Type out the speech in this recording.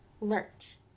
lurch